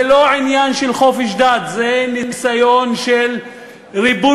זה לא עניין של חופש דת, זה ניסיון של ריבונות.